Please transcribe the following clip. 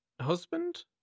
husband